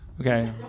Okay